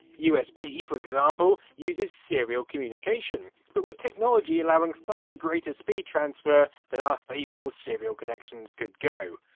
usb for example, uses serial communication, but with technology allowing far greater speed transfer than our faithful serial connections could go.